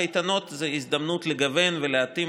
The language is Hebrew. לקייטנות זאת הזדמנות לגוון ולהתאים